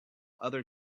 other